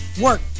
work